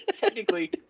technically